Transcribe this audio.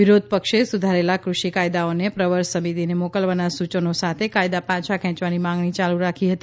વિરોધ પક્ષે સુધારેલા કૃષિ કાયદાઓને પ્રવર સમિતિને મોકલવાના સૂચનો સાથે કાયદા પાછા ખેંચવાની માંગણી ચાલુ રાખી હતી